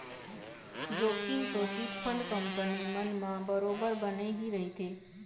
जोखिम तो chit fund company मन म बरोबर बने ही रहिथे